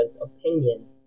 opinions